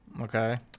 Okay